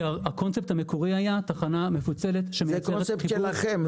הקונספט המקורי היה של תחנה מפוצלת --- זה קונספט שלכם,